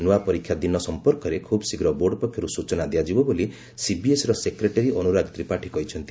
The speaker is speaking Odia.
ନୂଆ ପରୀକ୍ଷା ଦିନ ସଫପର୍କରେ ଖୁବ୍ ଶୀର୍ଘ ବୋର୍ଡ ପକ୍ଷରୁ ସୂଚନା ଦିଆଯିବ ବୋଲି ସିବିଏସ୍ଇର ସେକ୍ରେଟାରୀ ଅନୁରାଗ ତ୍ରିପାଠୀ କହିଛନ୍ତି